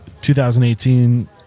2018